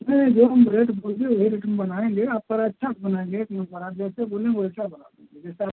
नहीं जो हम रेट बोल दिए वही रेट में बनाएँगे आप पर अच्छा से बनाएँगे कि वह बना दिए जैसे बोलेंगे वैसा बना देंगे जैसा आप